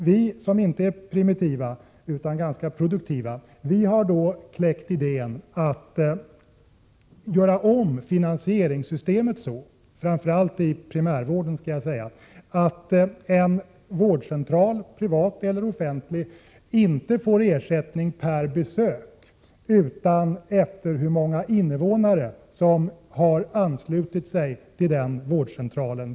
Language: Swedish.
Vi som inte är primitiva — utan ganska produktiva — har då kläckt idén att göra om finansieringssystemet, framför allt i primärvården, så att en vårdcentral, privat eller offentlig, inte får ersättning per besök utan efter hur många invånare som har anslutit sig till den vårdcentralen.